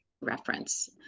reference